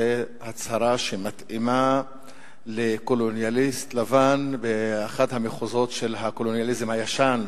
זו הצהרה שמתאימה לקולוניאליסט לבן באחד המחוזות של הקולוניאליזם הישן.